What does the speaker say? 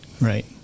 right